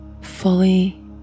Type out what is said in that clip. fully